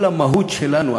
כל המהות שלנו,